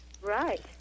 Right